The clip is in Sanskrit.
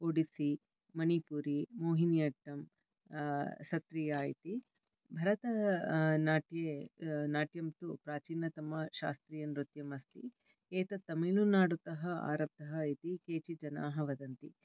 ओडिस्सि मणिपुरि मोहिनि अट्टम् सत्त्विया इ्ति भरतनाट्ये नाट्यं तु प्राचीनतमा शास्त्रीयनृत्यमस्ति एतत् तमिळुनाडुतः आरब्धः इति केचित् जनाः वदन्ति